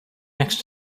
next